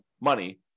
money